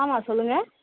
ஆமாம் சொல்லுங்கள்